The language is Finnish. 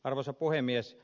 arvoisa puhemies